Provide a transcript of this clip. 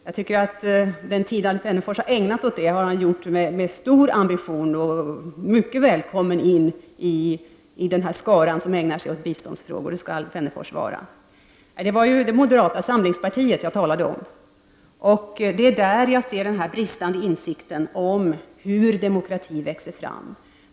Jag tycker att under den tid som Alf Wennerfors har ägnat åt detta område har han gjort det med stor ambition, och han är mycket välkommen in i den skara som ägnar sig åt biståndsfrågor. Jag talade om det moderata samlingspartiet. Det är där som jag ser den bristande insikten om hur demokrati växer fram.